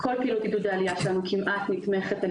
כל פעילות עידודי העלייה שלנו כמעט נתמכת על